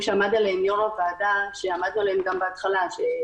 המספרים נמצאים בפני הוועדה בתשובה של משרד